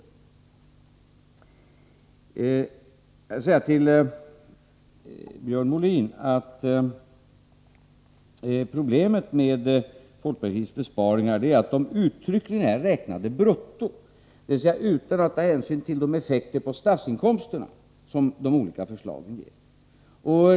Jag vill sedan säga till Björn Molin att problemet med folkpartiets besparingar är att de uttryckligen är räknade brutto, dvs. utan att man tagit hänsyn till de effekter på statsinkomsterna som de olika förslagen ger.